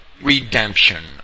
redemption